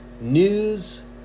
news